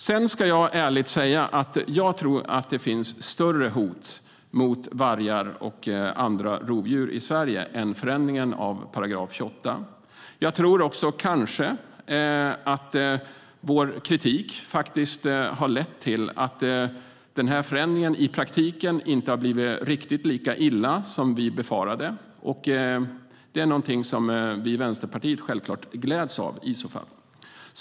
Sedan ska jag ärligt säga att jag tror att det finns större hot mot vargar och andra rovdjur i Sverige än förändringen av § 28. Jag tror kanske också att vår kritik har lett till att det i praktiken inte har blivit riktigt lika illa som vi befarade med den här förändringen. Det är någonting som vi i Vänsterpartiet självklart gläds åt, i så fall.